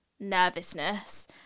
nervousness